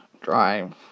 Drive